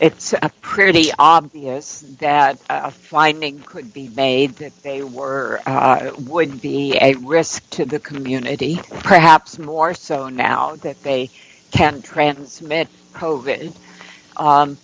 it's pretty obvious that a finding could be made that they were it would be a risk to the community perhaps more so now that they can transmit